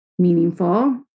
meaningful